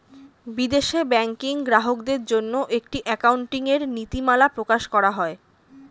বিদেশে ব্যাংকিং গ্রাহকদের জন্য একটি অ্যাকাউন্টিং এর নীতিমালা প্রকাশ করা হয়